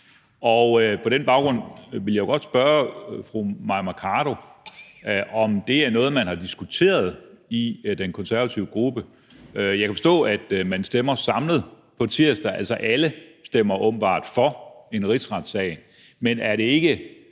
På den baggrund vil jeg godt spørge fru Mai Mercado, om det er noget, man har diskuteret i den konservative gruppe. Jeg kan forstå, at man stemmer samlet på tirsdag, altså at alle åbenbart stemmer for en rigsretssag, men er det ikke